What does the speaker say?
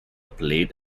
played